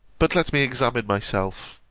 but let me examine myself